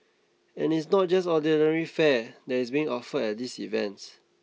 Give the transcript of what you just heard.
and it is not just ordinary fare that is being offered at these events